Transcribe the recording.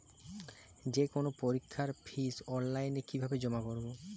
যে কোনো পরীক্ষার ফিস অনলাইনে কিভাবে জমা করব?